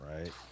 right